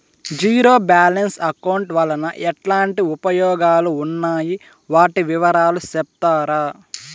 Zero balance account వలన ఎట్లాంటి ఉపయోగాలు ఉన్నాయి? వాటి వివరాలు సెప్తారా?